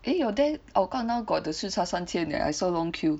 eh your there Hougang now got the 吃茶三千 eh I saw long queue